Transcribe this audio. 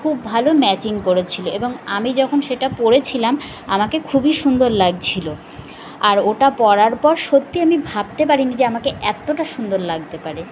খুব ভালো ম্যাচিং করেছিল এবং আমি যখন সেটা পরেছিলাম আমাকে খুবই সুন্দর লাগছিল আর ওটা পরার পর সত্যি আমি ভাবতে পারিনি যে আমাকে এতটা সুন্দর লাগতে পারে